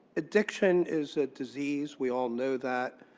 addiction is a disease. we all know that.